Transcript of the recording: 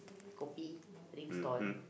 kopi drink stall